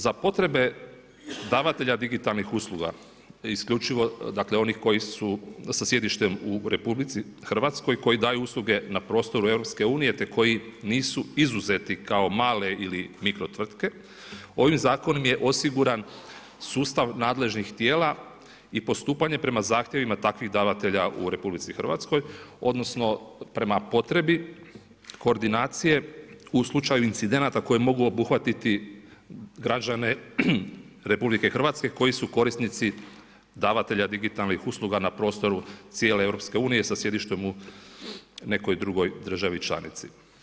Za potrebe davatelja digitalnih usluga isključivo dakle onih koji su sa sjedištem u RH, koji daju usluge na prostoru EU-a te koji nisu izuzeti kao male ili mikro tvrtke, ovim zakonom je osiguran sustav nadležnih tijela i postupanje prema zahtjevima takvih davatelja u RH odnosno prema potrebi koordinacije u slučaju incidenata koji mogu obuhvatiti građane RH koji su korisnici davatelja digitalnih usluga na prostoru cijele EU sa sjedištem u nekoj drugoj državi članici.